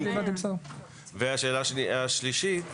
השאלה השלישית,